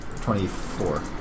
Twenty-four